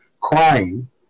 crying